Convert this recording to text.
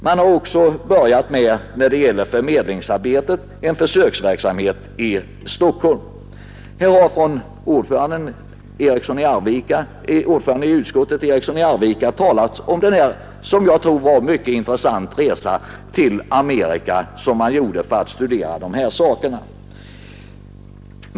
När det gäller förmedlingsarbetet har man börjat med en försöksverksamhet i Stockholm. Utskottets ordförande, herr Eriksson i Arvika, har talat om den mycket intressanta resa till Amerika som man gjorde för att studera dessa saker.